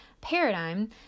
paradigm